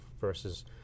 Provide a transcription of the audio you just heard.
versus